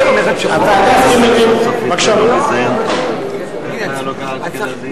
אני מניח שבתוך חודשיים אתם יכולים לסכם את הנושא הזה.